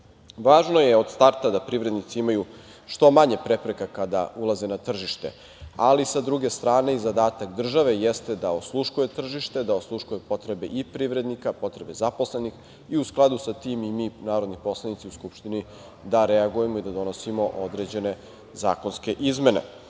Važno je od starta da privrednici imaju što manje prepreka kada ulaze na tržište, ali sa druge strane i zadatak države jeste da osluškuje tržište, da osluškuje potrebe i privrednika, potrebe zaposlenih i u skladu sa tim i mi narodni poslanici u Skupštini da reagujemo i da donosimo određene zakonske